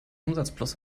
umsatzplus